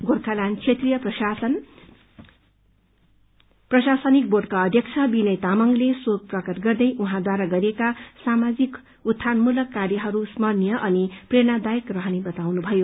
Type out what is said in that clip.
गोर्खाल्याण्ड क्षेत्रीय प्रशासन प्रशासनिक बोर्डका अध्यक्ष विनय तामाङले शोक प्रकट गर्दै उहाँद्वारा गरिएका सामाजिक उत्थानमूलक कार्यहरू स्मरणीय अनि प्रेरणादायक रहने बताउनुभयो